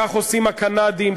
וכך עושים הקנדים,